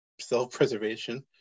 self-preservation